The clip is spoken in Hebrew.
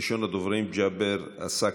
ראשון הדוברים, ג'אבר עסאקלה,